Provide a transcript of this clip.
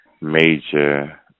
major